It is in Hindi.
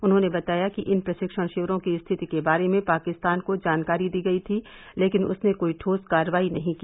उन्होंने बताया कि इन प्रशिक्षण शिविरों की रिथति के बारे में पाकिस्तान को जानकारी दी गई थी लेकिन उसने कोई ठोस कार्रवाई नहीं की